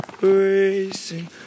racing